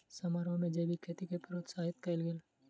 समारोह में जैविक खेती के प्रोत्साहित कयल गेल